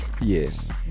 Yes